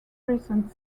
recent